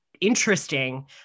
interesting